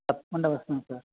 తప్పకుండా వస్తాను సార్